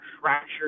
fracture